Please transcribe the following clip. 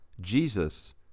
Jesus